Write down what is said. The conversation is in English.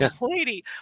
lady